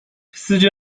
sizce